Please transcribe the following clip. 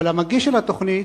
אבל המגיש של התוכנית,